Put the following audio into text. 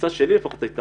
התפיסה שלי הייתה